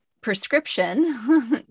prescription